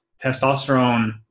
testosterone